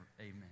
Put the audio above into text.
Amen